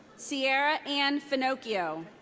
sierra ann finocchio.